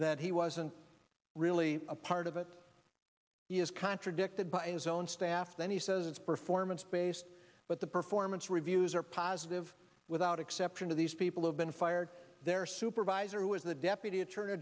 that he wasn't really a part of it is contradicted by his own staff then he says it's performance based but the performance reviews are positive without exception of these people have been fired their supervisor who is the deputy attorney